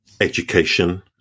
education